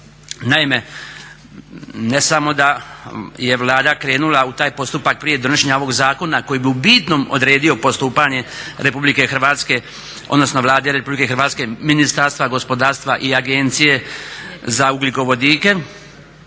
Naime, ne samo da je Vlada krenula u taj postupak prije donošenja ovog zakona koji bi u bitnom odredio postupanje RH, odnosno Vlade RH, Ministarstva gospodarstva i Agencije za ugljikovodike